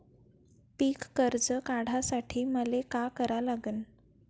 पिक कर्ज काढासाठी मले का करा लागन?